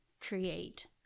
create